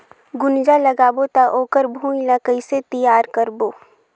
गुनजा लगाबो ता ओकर भुईं ला कइसे तियार करबो?